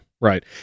Right